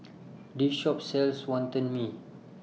This Shop sells Wonton Mee